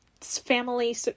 family